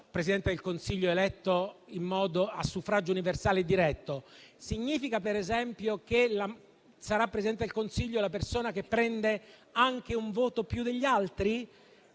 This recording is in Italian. Presidente del Consiglio è eletto a suffragio universale e diretto? Significa, per esempio, che sarà Presidente del Consiglio la persona che prende anche un solo voto più degli altri?